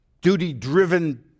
duty-driven